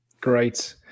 Great